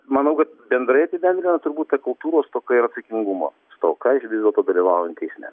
manau kad bendrai tai bent gal turbūt kultūros stoka ir atsakingumo stoka iš vis dėl to dalyvaujam teisme